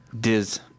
Diz